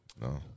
No